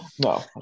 No